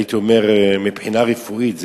מבחינה רפואית,